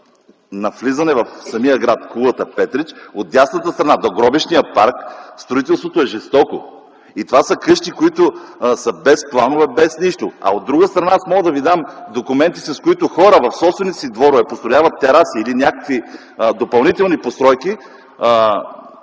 при влизане в самия град, от дясната страна, до гробищният парк, строителството е жестоко. Това са къщи, които са без планове, без нищо. От друга страна, аз мога да Ви дам документи, с които хора в собствените си дворове построяват тераси или някакви допълнителни постройки,